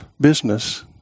business